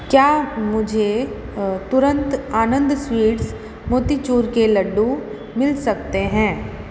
क्या मुझे तुरंत आनंद स्वीट्स मोतीचूर के लड्डू मिल सकते हैं